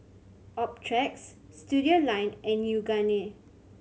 Optrex Studioline and Yoogane